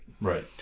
Right